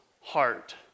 heart